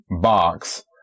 box